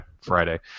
Friday